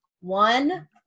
one